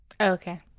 Okay